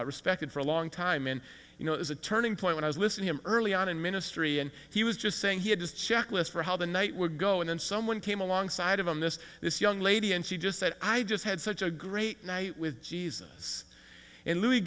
just respected for a long time and you know is a turning point when i was listening him early on in ministry and he was just saying he had this checklist for how the night would go and then someone came alongside of on this this young lady and she just said i just had such a great night with jesus and louis